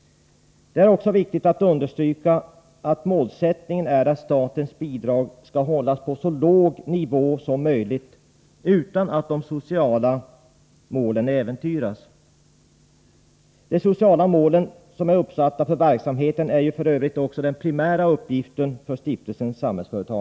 Det är också viktigt att understryka att avsikten är att statens bidrag skall hållas på en så låg nivå som möjligt utan att de sociala målen äventyras. Att nå de sociala mål som är uppsatta för verksamheten är f.ö. den primära uppgiften för Stiftelsen Samhällsföretag.